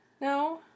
No